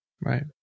Right